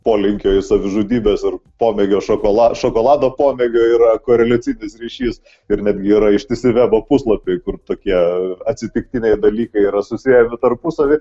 polinkio į savižudybes ir pomėgio šokolado šokolado pomėgio yra koreliacinis ryšys ir netgi yra ištisi vebo puslapiai kur tokie atsitiktiniai dalykai yra susiejami tarpusavy